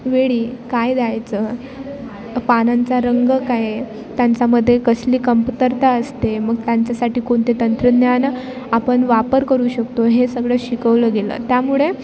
वेळी काय द्यायचं पानांचा रंग काय आहे त्यांच्यामध्ये कसली कमतरता असते मग त्यांच्यासाठी कोणते तंत्रज्ञान आपण वापर करू शकतो हे सगळं शिकवलं गेलं त्यामुळे